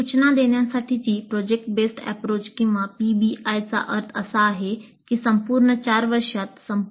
सूचना देण्यासाठीची project based approach किंवा पीबीआयचा होतो